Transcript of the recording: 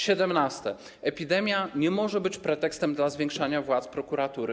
Siedemnaste - epidemia nie może być pretekstem dla zwiększania władzy prokuratury.